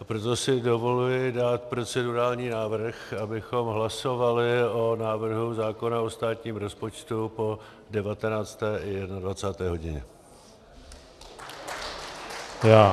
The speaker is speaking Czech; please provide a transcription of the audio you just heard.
Proto si dovoluji dát procedurální návrh, abychom hlasovali o návrhu zákona o státním rozpočtu po 19. i 21. hodině.